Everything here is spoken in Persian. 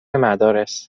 مدارس